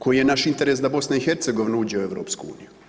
Koji je naš interes da BiH uđe u EU?